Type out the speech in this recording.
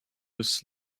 this